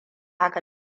haka